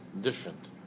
different